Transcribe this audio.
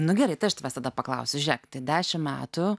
nu gerai tai aš tavęs tada paklausiu žėk tai dešim metų